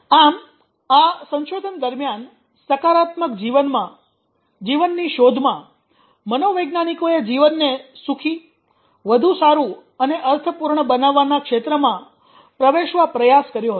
આમ આ સંશોધન દરમિયાન સકારાત્મક જીવનની શોધમાં મનોવૈજ્ઞાનિકોએ જીવનને સુખી વધુ સારું અને અર્થપૂર્ણ બનાવવાના ક્ષેત્રમાં પ્રવેશવા પ્રયાસ કર્યો હતો